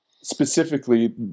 specifically